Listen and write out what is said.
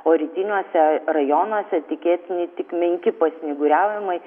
o rytiniuose rajonuose tikėtini tik menki pasnyguriavimai